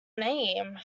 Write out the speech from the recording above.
name